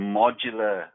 modular